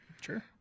Sure